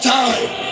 time